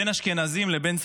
בין אשכנזים לבין ספרדים.